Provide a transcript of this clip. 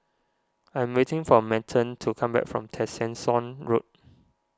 I am waiting for Merton to come back from Tessensohn Road